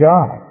God